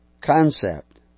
concept